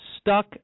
stuck